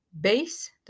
base